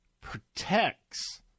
protects